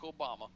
Obama